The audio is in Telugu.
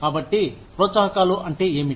కాబట్టి ప్రోత్సాహకాలు అంటే ఏమిటి